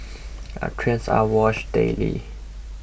our trains are washed daily